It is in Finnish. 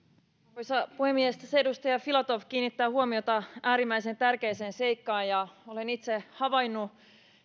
arvoisa puhemies tässä edustaja filatov kiinnittää huomiota äärimmäisen tärkeään seikkaan olen itse havainnut